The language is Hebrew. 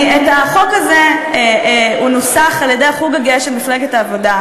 החוק הזה נוסח על-ידי החוג הגאה של מפלגת העבודה,